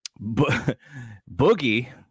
boogie